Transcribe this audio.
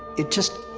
it just.